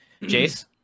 Jace